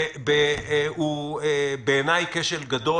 הוא בעיניי כשל גדול.